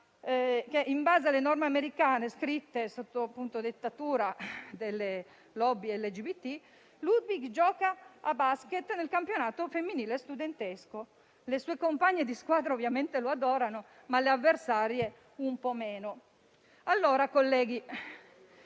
in base alle norme americane scritte sotto dettatura delle *lobby* LGBT, Ludwig gioca a *basket* nel campionato femminile studentesco. Le sue compagne di squadra ovviamente lo adorano, ma le avversarie un po' meno. Colleghi,